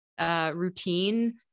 routine